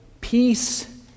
Peace